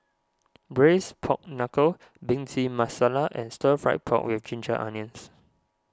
Braised Pork Knuckle Bhindi Masala and Stir Fried Pork with Ginger Onions